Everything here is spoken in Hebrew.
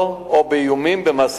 או אהדה